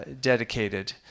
dedicated